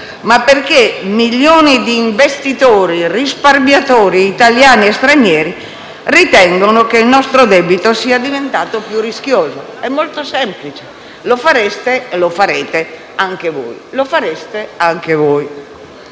ma perché milioni di investitori e risparmiatori, italiani e stranieri, ritengono che il nostro debito sia diventato rischioso. È molto semplice. Lo fareste anche voi.